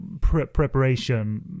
preparation